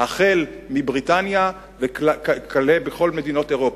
החל בבריטניה וכלה בכל מדינות אירופה,